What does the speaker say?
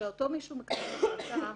כשאותו מישהו מקבל החלטה,